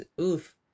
oof